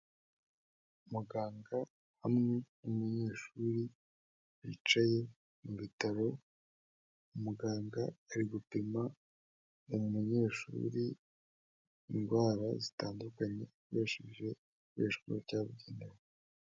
Muganga hamwe n'umunyeshuri, bicaye mu bitaro, umuganga ari gupima umunyeshuri indwara zitandukanye, akoresheje ibikoresho byabugenewe.